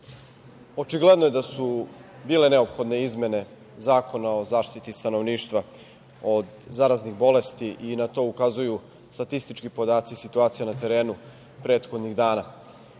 očigledno je da su bile neophodne izmene Zakona o zaštiti stanovništva od zaraznih bolesti i na to ukazuju statistički podaci i situacija na terenu prethodnih dana.